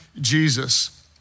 Jesus